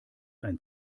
ein